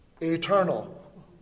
eternal